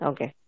Okay